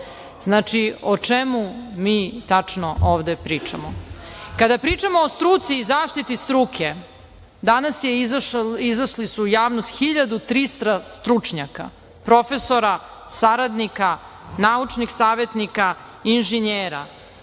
Znači, o čemu mi tačno ovde pričamo? Kada pričamo o struci i zaštiti struke, danas su izašli u javnost 1.300 stručnjaka, profesora, saradnika, naučnih savetnika, inženjera